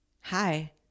Hi